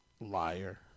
Liar